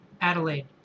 Adelaide